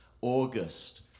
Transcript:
August